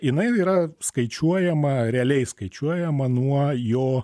jinai yra skaičiuojama realiai skaičiuojama nuo jo